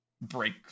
break